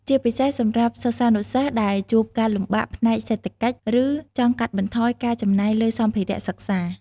ជាពិសេសសម្រាប់សិស្សានុសិស្សដែលជួបការលំបាកផ្នែកសេដ្ឋកិច្ច ឬចង់កាត់បន្ថយការចំណាយលើសម្ភារៈសិក្សា។